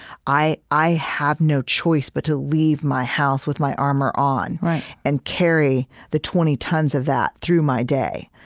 i i have no choice but to leave my house with my armor on and carry the twenty tons of that through my day,